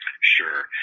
Sure